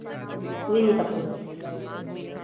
नहीं नहीं सब कोई